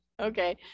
Okay